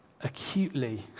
acutely